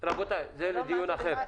זה לדיון אחר.